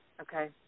Okay